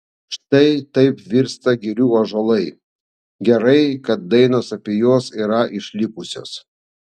štai taip virsta girių ąžuolai gerai kad dainos apie juos yra išlikusios